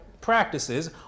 practices